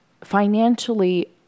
Financially